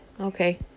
Okay